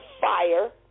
fire